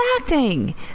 acting